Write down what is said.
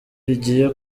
rigiye